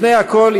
לפני הכול,